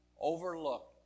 overlooked